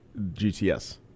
GTS